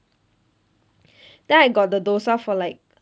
then I got the dosa for like